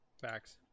Facts